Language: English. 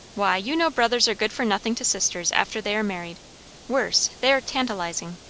why, you know brothers are good for nothing to sisters after they are married worse! they are tantalizing.